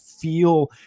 feel